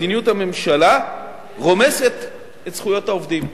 מדיניות הממשלה רומסת את זכויות העובדים.